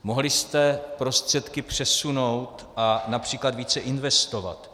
Mohli jste prostředky přesunout a například více investovat.